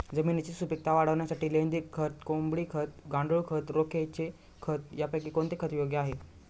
जमिनीची सुपिकता वाढवण्यासाठी लेंडी खत, कोंबडी खत, गांडूळ खत, राखेचे खत यापैकी कोणते योग्य आहे?